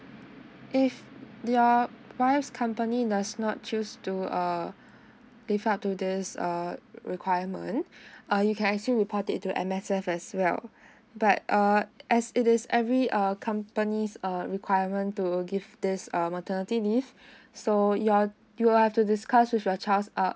if your wife's company does not choose to uh live up to this err requirement uh you can actually report it to M_S_F as well but uh as it is every uh company's uh requirement to give this uh maternity leave so you're you will have to discuss with your child's uh